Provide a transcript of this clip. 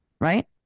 right